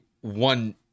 one